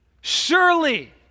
surely